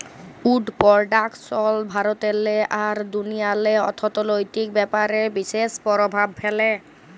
would production ভারতেল্লে আর দুনিয়াল্লে অথ্থলৈতিক ব্যাপারে বিশেষ পরভাব ফ্যালে